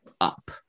up